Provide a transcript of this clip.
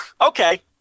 Okay